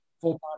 full